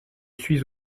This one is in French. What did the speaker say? suis